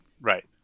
right